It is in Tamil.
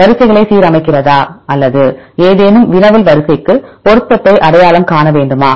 வரிசைகளை சீரமைக்கிறதா அல்லது ஏதேனும் வினவல் வரிசைக்கு பொருத்தத்தை அடையாளம் காண வேண்டுமா